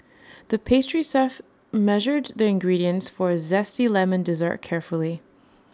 the pastry chef measured the ingredients for A Zesty Lemon Dessert carefully